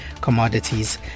commodities